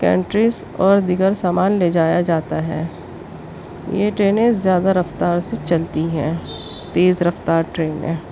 canters اور دیگر سامان لے جایا جاتا ہے یہ ٹرینیں زیادہ رفتار سے چلتی ہیں تیز رفتار ٹرینیں